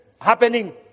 happening